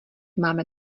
máme